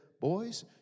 Boys